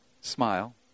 Smile